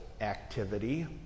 activity